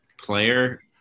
player –